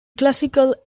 classical